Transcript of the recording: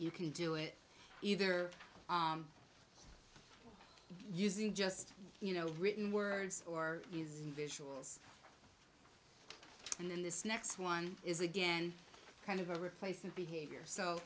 you can do it either using just you know written words or visuals and then this next one is again kind of a replacement behavior so